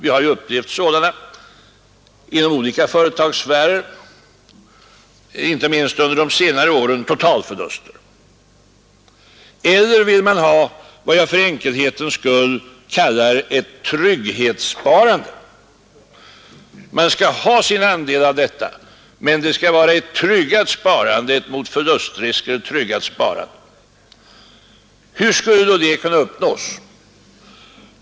Vi har upplevt sådana inom olika företagssfärer, inte minst under senare år. Eller vill man ha vad jag för enkelhetens skull vill kalla ett trygghetssparande — ett mot förlustrisker tryggat sparande? Hur skulle då ett sådant trygghetssparande kunna åstadkommas?